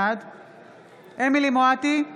בעד אמילי חיה מואטי,